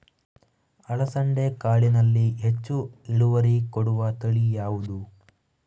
ಅಲಸಂದೆ ಕಾಳಿನಲ್ಲಿ ಹೆಚ್ಚು ಇಳುವರಿ ಕೊಡುವ ತಳಿ ಯಾವುದು?